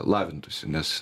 lavintųsi nes